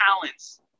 talents